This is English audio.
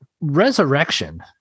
resurrection